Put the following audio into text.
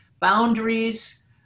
boundaries